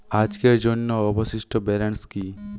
আজকের জন্য অবশিষ্ট ব্যালেন্স কি?